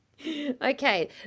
Okay